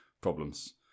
problems